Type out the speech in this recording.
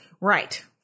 right